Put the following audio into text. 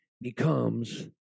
becomes